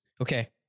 Okay